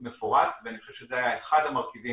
מפורט, ואני חושב שזה היה אחד המרכיבים